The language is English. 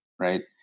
Right